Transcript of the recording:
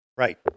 Right